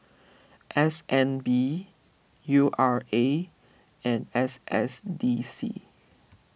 S N B U R A and S S D C